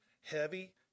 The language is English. heavy